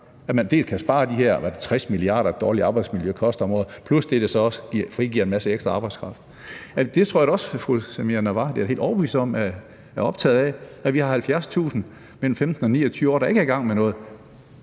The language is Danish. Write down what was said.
at man kan spare de her, er det 60 mia. kr., et dårligt arbejdsmiljø koster om året – plus at det så frigiver en masse ekstra arbejdskraft. Det tror jeg da også fru Samira Nawa – det er jeg helt overbevist om – er optaget af: Vi har 70.000 mellem 15 og 29 år, der ikke er i gang med noget.